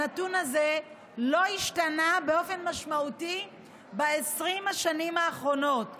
הנתון הזה לא השתנה באופן משמעותי ב-20 השנים האחרונות.